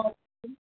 অঁ কওকচোন